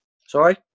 Sorry